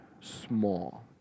small